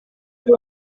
ari